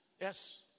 Yes